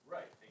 Right